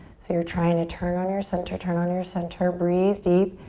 so you're trying to turn on your center, turn on your center, breathe deep.